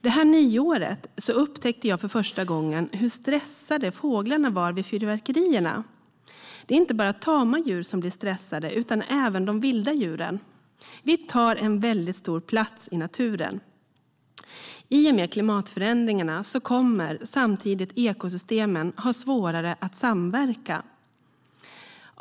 Detta nyår upptäckte jag för första gången hur stressade fåglarna var vid fyrverkerierna. Det är inte bara tama djur som blir stressade utan även de vilda djuren. Vi tar en mycket stor plats i naturen. I och med klimatförändringarna kommer samtidigt ekosystemen att ha svårare att samverka.